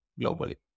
globally